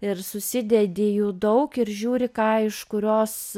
ir susidedi jų daug ir žiūri ką iš kurios